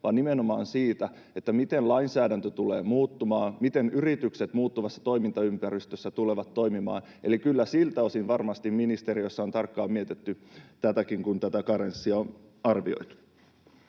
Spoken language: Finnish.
vaan nimenomaan siitä, miten lainsäädäntö tulee muuttumaan, miten yritykset muuttuvassa toimintaympäristössä tulevat toimimaan. Eli kyllä siltä osin varmasti ministeriössä on tarkkaan mietitty tätäkin, kun tätä karenssia on arvioitu.